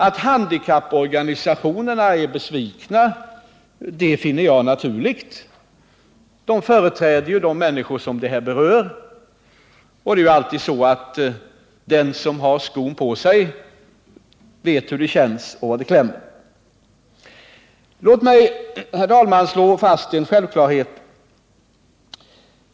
Att handikapporganisationerna är besvikna finner jag naturligt. De företräder ju de människor detta berör. Det är alltid den som har skon på sig som vet var den klämmer. Låt mig, herr talman, slå fast en självklarhet.